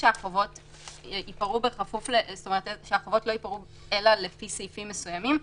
שהחובות לא ייפרעו אלא לפי סעיפים מסוימים.